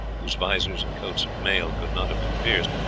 whose vizors and coats of mail could not have been pierced,